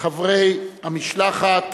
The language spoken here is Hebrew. חברי המשלחת,